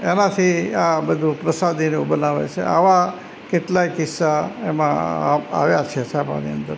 એનાથી આ બધું પ્રસાદીનું બનાવે છે આવા કેટલાય કિસ્સા એમાં આવ્યા છે છાપાની અંદર